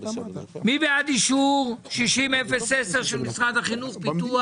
מי בעד אישור 60010 של משרד החינוך פיתוח?